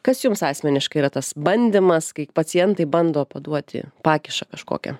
kas jums asmeniškai yra tas bandymas kai pacientai bando paduoti pakišą kažkokią